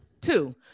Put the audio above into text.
Two